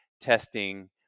testing